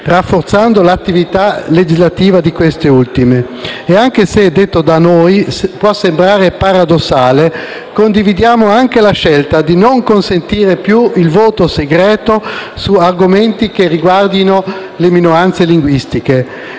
rafforzando l'attività legislativa di queste ultime. Anche se, detto da noi, può sembrare paradossale, condividiamo anche la scelta di non consentire più il voto segreto su argomenti che riguardino le minoranze linguistiche.